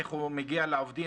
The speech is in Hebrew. איך הוא מגיע לעובדים?